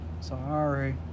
Sorry